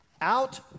Out